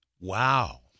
wow